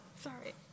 Sorry